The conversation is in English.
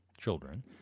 children